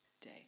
day